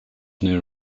near